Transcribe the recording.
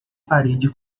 parede